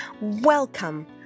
Welcome